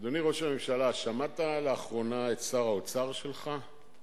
אדוני ראש הממשלה, שמעת לאחרונה את שר האוצר שלך?